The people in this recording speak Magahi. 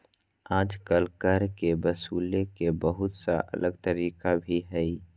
आजकल कर के वसूले के बहुत सा अलग तरीका भी हइ